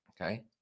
Okay